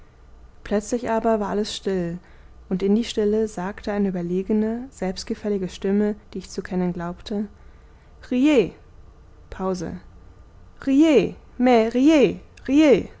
plötzlich aber war alles still und in die stille sagte eine überlegene selbstgefällige stimme die ich zu kennen glaubte riez pause riez